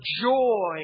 joy